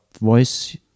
voice